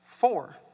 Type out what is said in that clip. Four